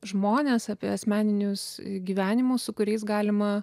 žmones apie asmeninius gyvenimus su kuriais galima